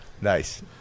Nice